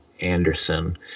Anderson